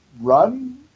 run